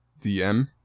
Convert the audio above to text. DM